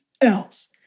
else